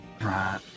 right